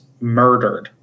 murdered